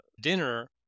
dinner